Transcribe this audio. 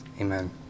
Amen